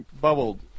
bubbled